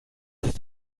ist